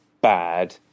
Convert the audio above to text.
bad